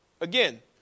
Again